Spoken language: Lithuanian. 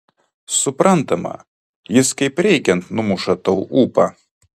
suprantama jis kaip reikiant numuša tau ūpą